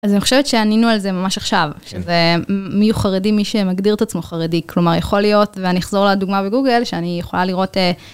אז אני חושבת שענינו על זה ממש עכשיו, שזה מיהו חרדי מי שמגדיר את עצמו חרדי, כלומר יכול להיות, ואני אחזור לדוגמה בגוגל, שאני יכולה לראות...